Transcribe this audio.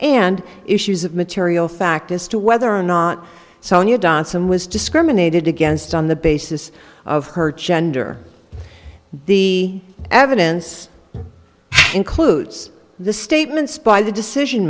and issues of material fact as to whether or not sonia datsun was discriminated against on the basis of her gender the evidence includes the statements by the decision